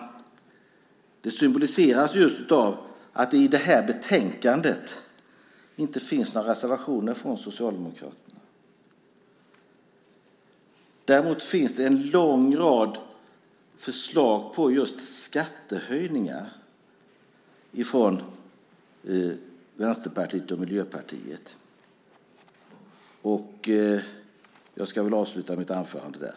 Det symboliseras just av att det i det här betänkandet inte finns några reservationer från Socialdemokraterna. Däremot finns det en lång rad förslag på skattehöjningar från Vänsterpartiet och Miljöpartiet. Jag ska avsluta mitt anförande där.